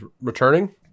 returning